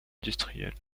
industrielles